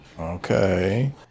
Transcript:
Okay